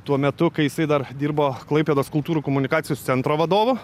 tuo metu kai jisai dar dirbo klaipėdos kultūrų komunikacijos centro vadovu